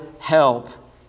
help